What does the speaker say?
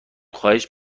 خواهش